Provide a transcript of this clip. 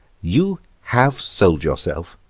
you have sold yourself!